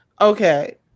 Okay